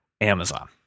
Amazon